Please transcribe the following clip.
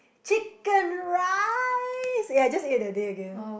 chicken rice eh I just ate that day again